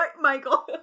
Michael